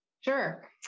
Sure